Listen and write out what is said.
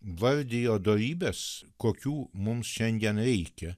vardijo dorybes kokių mums šiandien reikia